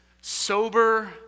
sober